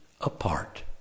apart